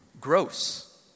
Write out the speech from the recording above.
gross